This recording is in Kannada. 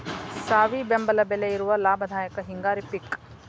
ಸಾವಿ ಬೆಂಬಲ ಬೆಲೆ ಇರುವ ಲಾಭದಾಯಕ ಹಿಂಗಾರಿ ಪಿಕ್